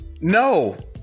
No